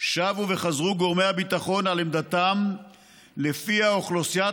שבו וחזרו גורמי הביטחון על עמדתם שלפיה אוכלוסיית